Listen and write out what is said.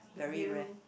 with you